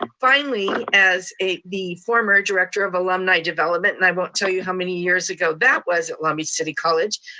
um finally, as the former director of alumni development and i won't tell you how many years ago that was at long beach city college,